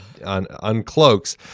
uncloaks